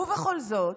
ובכל זאת,